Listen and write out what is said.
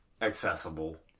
accessible